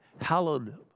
hallowed